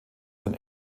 sein